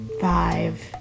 five